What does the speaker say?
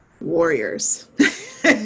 warriors